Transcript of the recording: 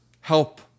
help